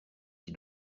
qui